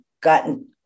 gotten